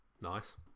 Nice